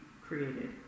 created